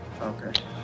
okay